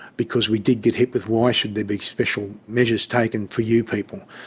because we did get hit with why should there be special measures taken for you people,